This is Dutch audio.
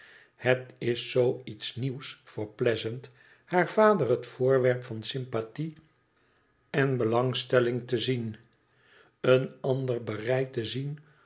het is zoo iets nieuws voor pleasant haar vader het voorwerp van sympathie eü belangstelling te zien een ander bereid te zien